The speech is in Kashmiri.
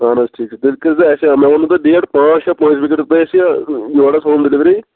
اَہَن حظ ٹھیٖک چھُ تیٚلِہِ کٔرۍزیٚو اَسہِ مےٚ ؤنِو تُہۍ ڈیٹ پانٛژھ شےٚ پٲنٛژمہِ کٔرۍزیٚو تُہۍ اَسہِ یور اَسہِ ہوٗم ڈیلوٕری